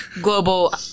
global